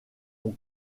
ont